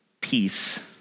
peace